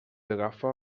agafa